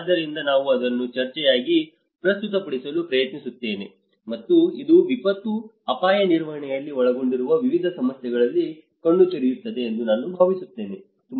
ಆದ್ದರಿಂದ ನಾನು ಅದನ್ನು ಚರ್ಚೆಯಾಗಿ ಪ್ರಸ್ತುತಪಡಿಸಲು ಪ್ರಯತ್ನಿಸುತ್ತೇನೆ ಮತ್ತು ಇದು ವಿಪತ್ತು ಅಪಾಯ ನಿರ್ವಹಣೆಯಲ್ಲಿ ಒಳಗೊಂಡಿರುವ ವಿವಿಧ ಸಮಸ್ಯೆಗಳಿಗೆ ಕಣ್ಣು ತೆರೆಯುತ್ತದೆ ಎಂದು ನಾನು ಭಾವಿಸುತ್ತೇನೆ